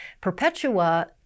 Perpetua